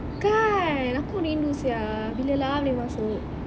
kan aku rindu sia bila lah boleh masuk